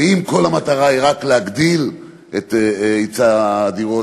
ואם כל המטרה היא רק להגדיל את היצע הדירות,